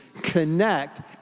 connect